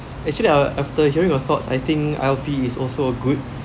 actually af~ after hearing your thoughts I think I_L_P is also good